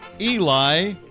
Eli